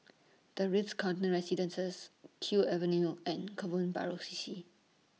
The Ritz Carlton Residences Kew Avenue and Kebun Baru C C